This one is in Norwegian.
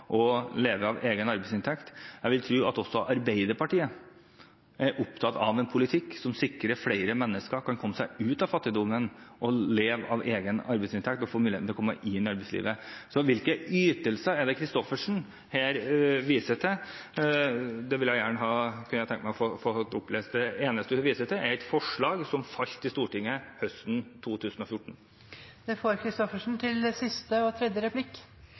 egen arbeidsinntekt. Jeg vil tro at også Arbeiderpartiet er opptatt av en politikk som sikrer at flere mennesker kan komme seg ut av fattigdommen, leve av egen arbeidsinntekt og få muligheten til å komme seg inn i arbeidslivet. Hvilke ytelser er det Christoffersen her sikter til? Det kunne jeg tenkt meg å få opplest. Det eneste hun viser til, er et forslag som falt i Stortinget høsten 2014.